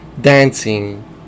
dancing